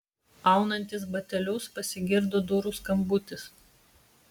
aunantis batelius pasigirdo durų skambutis